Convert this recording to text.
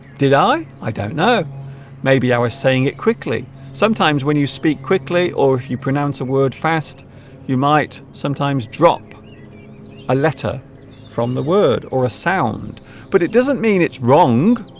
did i i don't know maybe i was saying it quickly sometimes when you speak quickly or if you pronounce a word fast you might sometimes drop a letter from the word or a sound but it doesn't mean it's wrong